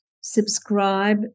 Subscribe